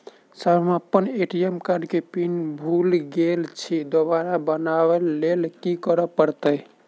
Sir हम अप्पन ATM केँ पिन भूल गेल छी दोबारा बनाब लैल की करऽ परतै?